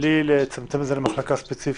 בלי לצמצם את זה למחלקה ספציפית.